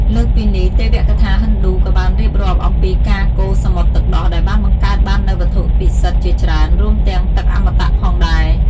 លើសពីនេះ ទេវកថាហិណ្ឌូក៏បានរៀបរាប់អំពីការកូរសមុទ្រទឹកដោះដែលបានបង្កើតបាននូវវត្ថុពិសិដ្ឋជាច្រើន រួមទាំងទឹកអមតៈផងដែរ។